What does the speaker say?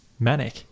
manic